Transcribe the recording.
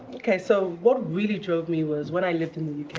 ok. so what really drove me was when i lived in the